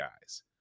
guys